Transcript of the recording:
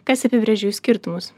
kas apibrėžia jų skirtumus